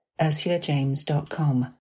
ursulajames.com